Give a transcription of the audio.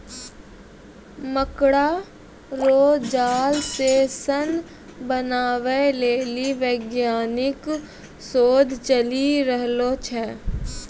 मकड़ा रो जाल से सन बनाबै लेली वैज्ञानिक शोध चली रहलो छै